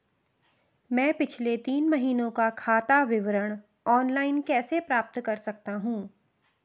मैं पिछले तीन महीनों का खाता विवरण ऑनलाइन कैसे प्राप्त कर सकता हूं?